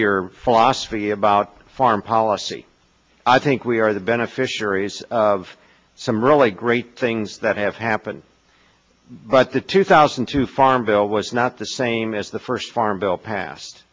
your philosophy about foreign policy i think we are the beneficiaries of some really great things that have happened but the two thousand two farm bill was not the same as the first farm bill